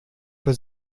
für